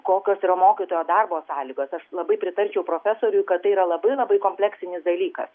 kokios yra mokytojo darbo sąlygos aš labai pritarčiau profesoriui kada yra labai labai kompleksinis dalykas